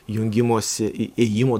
jungimosi į ėjimo